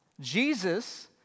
Jesus